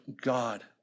God